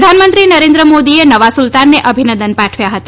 પ્રધાનમંત્રી નરેન્દ્ર મોદીએ નવા સુલતાનને અભિનંદન પાઠવ્યા હતા